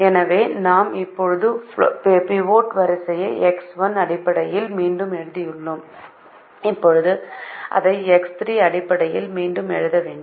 எனவே நாம் இப்போது பிவோட் வரிசையை எக்ஸ் 1 அடிப்படையில் மீண்டும் எழுதியுள்ளோம் இப்போது அதை எக்ஸ் 3 அடிப்படையில் மீண்டும் எழுத வேண்டும்